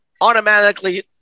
automatically